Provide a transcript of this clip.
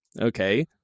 Okay